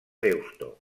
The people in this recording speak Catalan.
deusto